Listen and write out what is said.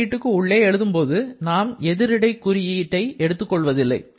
வகையீட்டுக்கு உள்ளே எழுதும்போது நாம் எதிரிடை குறியை எடுத்துக்கொள்வதில்லை